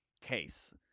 case